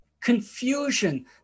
confusion